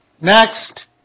Next